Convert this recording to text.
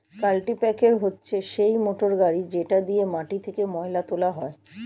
কাল্টিপ্যাকের হচ্ছে সেই মোটর গাড়ি যেটা দিয়ে মাটি থেকে ময়লা তোলা হয়